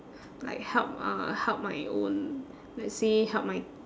like help uh help my own let's say help my